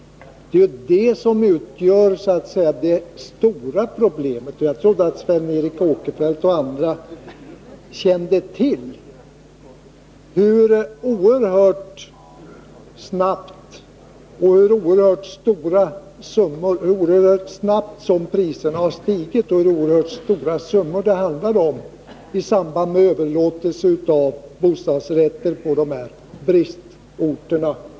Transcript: Det är ju det som utgör det stora problemet. Jag trodde att Sven Eric Åkerfeldt och andra kände till hur oerhört snabbt priserna har stigit och hur oerhört stora summor det handlar om i samband med överlåtelse av bostadsrätter på bristorterna.